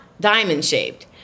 diamond-shaped